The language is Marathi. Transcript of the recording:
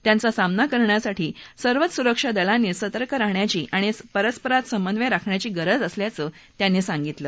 त्यांचा सामना करण्यासाठी सर्वच सुरक्षा दलांनी सतर्क राहण्याची आणि परस्परात समन्वय राखण्याची गरज असल्याचं त्यांनी सांगितलं